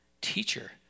Teacher